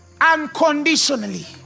unconditionally